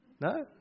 No